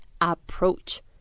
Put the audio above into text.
approach